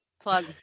Plug